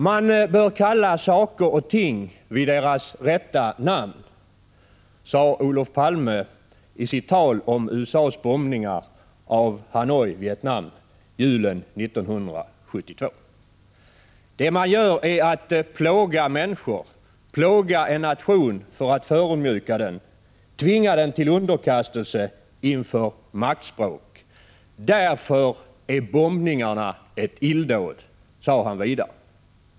Man bör kalla saker och ting vid deras rätta namn, sade Olof Palme i sitt tal om USA:s bombningar av Hanoi och Vietnam julen 1972. Det man gör är att plåga människor, plåga en nation för att förödmjuka den, tvinga den till underkastelse inför maktspråk. Därför är bombningarna ett illdåd, sade han vidare.